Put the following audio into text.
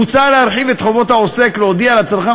מוצע להרחיב את חובות העוסק להודיע לצרכן